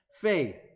faith